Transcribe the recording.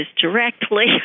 directly